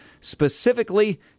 specifically